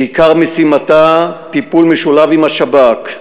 שעיקר משימתה טיפול משולב עם השב"כ,